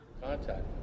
contact